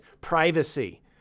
privacy